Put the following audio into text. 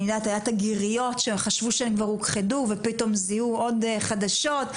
היה את הגיריות שחשבו שהן כבר הוכחדו ופתאום זיהו עוד חדשות,